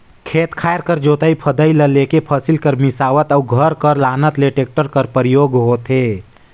खेत खाएर कर जोतई फदई ल लेके फसिल कर मिसात अउ घर कर लानत ले टेक्टर कर परियोग होथे